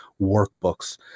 workbooks